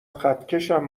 خطکشم